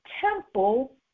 temple